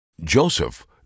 Joseph